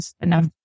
enough